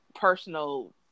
personal